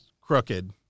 crooked